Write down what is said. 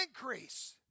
increase